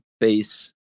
base